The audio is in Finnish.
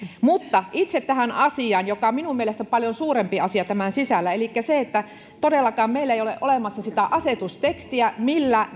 mutta itse tähän asiaan joka on minun mielestäni paljon suurempi asia tämän sisällä elikkä siihen että todellakaan meillä ei ole olemassa sitä asetustekstiä millä